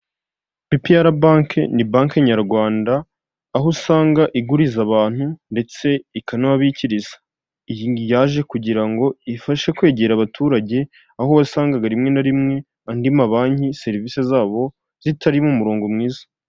BPR banki ni banki nyarwanda, aho usanga iguriza abantu ndetse ikanabikiriza, iyi ngiyi yaje kugira ngo ifashe kwegera abaturage, aho wasangaga rimwe na rimwe andi mabanki serivisi zabo zitari mu murongo mwiza.